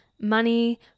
money